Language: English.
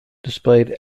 displayed